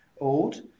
old